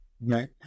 Right